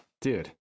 dude